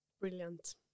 Brilliant